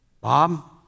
Bob